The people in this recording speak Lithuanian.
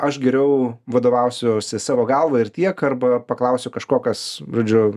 aš geriau vadovausiuosi savo galva ir tiek arba paklausiu kažko kas žodžiu